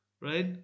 right